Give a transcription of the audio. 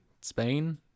Spain